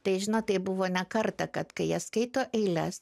tai žino tai buvo ne kartą kad kai jie skaito eiles